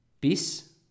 Peace